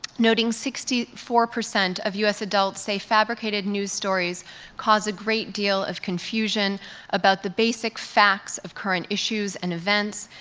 noting sixty four percent of u s. adults say fabricated news stories cause a great deal of confusion about the basic facts of current issues and events.